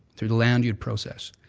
through the land use process.